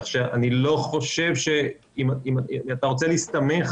אם אתה רוצה להסתמך